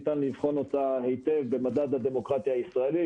ניתן לבחון אותה היטב במדד הדמוקרטיה הישראלית